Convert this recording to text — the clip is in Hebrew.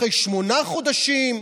אחרי שמונה חודשים,